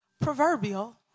Proverbial